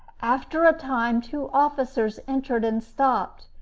after a time two officers entered and stopped,